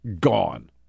gone